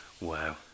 Wow